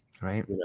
Right